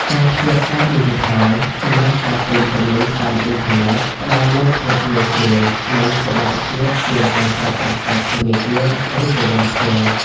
ការភ្ជាប់កាតឌីជីថល សម្រាប់ការទិញទំនិញតាមអ៊ីនធឺណិត ផ្ដល់នូវភាពងាយស្រួល និងសុវត្ថិភាពជាងការប្រើប្រាស់កាតធនាគាររូបវន្តផ្ទាល់។